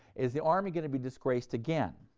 is the army going to be disgraced again?